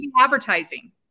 Advertising